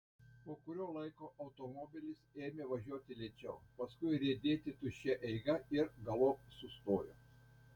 po kurio laiko automobilis ėmė važiuoti lėčiau paskui riedėti tuščia eiga ir galop sustojo